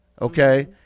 okay